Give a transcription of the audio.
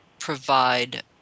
provide